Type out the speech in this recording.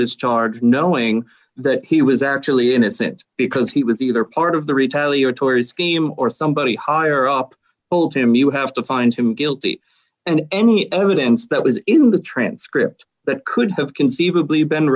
this charge knowing that he was actually innocent because he was either part of the retaliatory scheme or somebody higher up told him you have to find him guilty and any evidence that was in the transcript that could have conceivably be